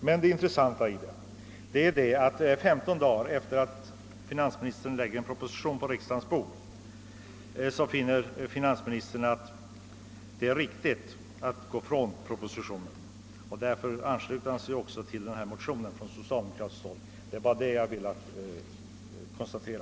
Men det intressanta i detta sammanhang är att finansministern 15 dagar efter det att han lagt en proposition på riksdagens bord finner det riktigt att gå från propositionen och ansluta sig till den från socialdemokratiskt håll väckta motionen. Det är bara detta jag velat konstatera.